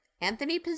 Anthony